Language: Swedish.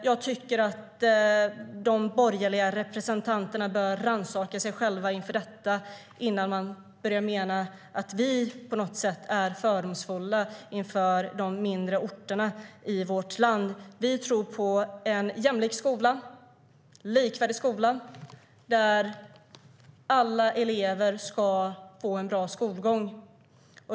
Jag tycker att de borgerliga representanterna bör rannsaka sig själva inför detta innan de börjar mena att vi på något sätt är fördomsfulla gentemot de mindre orterna i vårt land. Vi tror på en jämlik och likvärdig skola där alla elever ska få en bra skolgång.